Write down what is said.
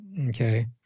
Okay